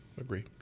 agree